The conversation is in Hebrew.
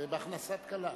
זה ב"הכנסת כלה".